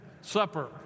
supper